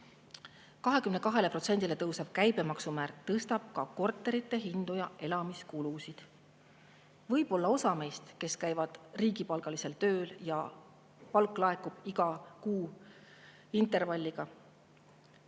22%‑ni tõusev käibemaksumäär tõstab ka korterite hindu ja elamiskulusid. Võib-olla osa meist, kes käib riigipalgalisel tööl ja kelle palk laekub iga kuu, [kindla] intervalliga,